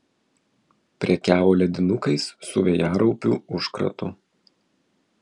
prekiavo ledinukais su vėjaraupių užkratu